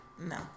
No